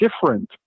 different